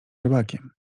rybakiem